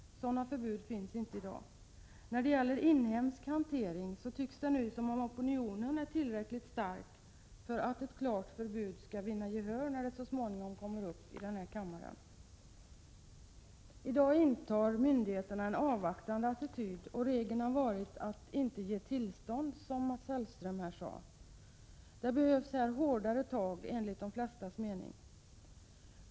Sådana förbud finns inte i dag. När det gäller inhemsk hantering tycks opinionen nu vara tillräckligt stark för att ett förslag om ett klart förbud skall vinna gehör när det så småningom kommer upp till avgörande i riksdagen. I dag intar myndigheterna en avvaktande attityd. Regeln har varit att inte ge tillstånd, som Mats Hellström sade. Det behövs enligt de flestas mening hårdare tag.